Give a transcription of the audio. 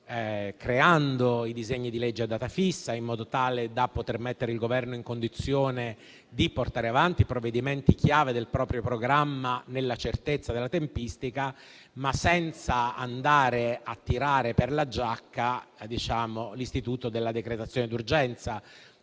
creando i disegni di legge a data fissa, in modo tale da poter mettere il Governo in condizione di portare avanti i provvedimenti chiave del proprio programma nella certezza della tempistica. Tutto ciò senza tirare per la giacca l'istituto della decretazione d'urgenza,